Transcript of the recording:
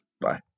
Bye